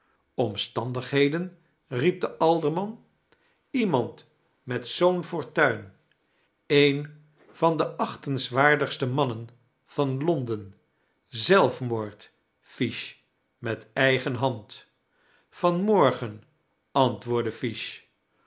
omstandigheden riep de alderman iemand met zoo'n fortuin een van d achtenssvaardigste mannen van londen zelfmoord fish met eigen hand van morgen antwoordde